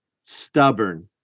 Stubborn